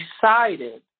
decided